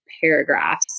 paragraphs